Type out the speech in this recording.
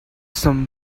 some